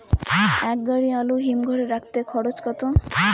এক গাড়ি আলু হিমঘরে রাখতে খরচ কত?